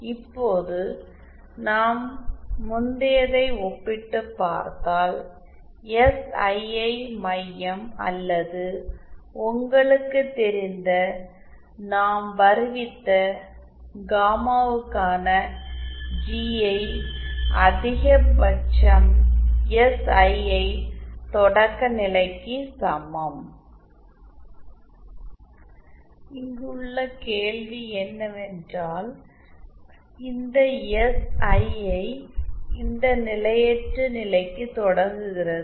இப்போது நான் முந்தையதை ஒப்பிட்டுப் பார்த்தால் எஸ்ஐஐ மையம் அல்லது உங்களுக்குத் தெரிந்த நாம் வருவித்த காமாவுக்கான ஜிஐ அதிகபட்சம் எஸ்ஐஐ தொடக்க நிலைக்கு சமம் இங்குள்ள கேள்வி என்னவென்றால் இந்த எஸ்ஐஐ இந்த நிலையற்ற நிலைக்குத் எவ்வாறு தொடங்குகிறது